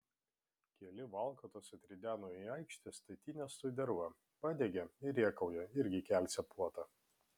keli valkatos atrideno į aikštę statines su derva padegė ir rėkauja irgi kelsią puotą